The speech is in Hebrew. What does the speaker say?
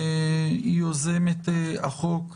יוזמת הצעת החוק,